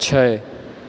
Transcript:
छै